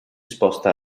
sposta